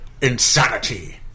Insanity